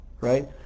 right